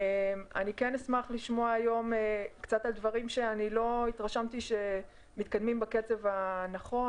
אני אשמח לשמוע היום קצת על דברים שלא התרשמתי שמתקדמים בקצב הנכון,